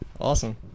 Awesome